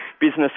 business